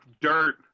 dirt